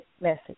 message